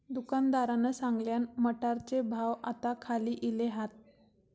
दुकानदारान सांगल्यान, मटारचे भाव आता खाली इले हात